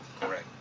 Correct